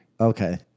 okay